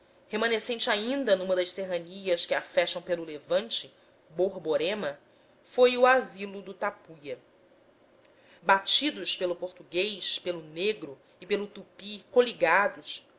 remanescente ainda numa das serranias que a fecham pelo levante borborema foi o asilo do tapuia batidos pelo português pelo negro e pelo tupi coligados